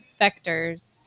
vectors